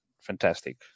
fantastic